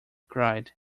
cried